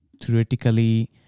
theoretically